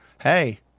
hey